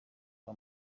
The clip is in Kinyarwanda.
kwa